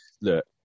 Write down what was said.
look